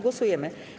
Głosujemy.